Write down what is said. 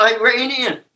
Iranian